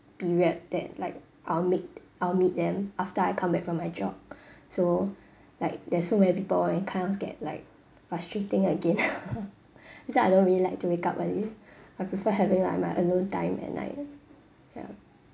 period that like I'll meet I'll meet them after I come back from my jog so like there's so many people and kind of get like frustrating again that's why I don't really like to wake up early I prefer having like my alone time at night ya